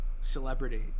celebrity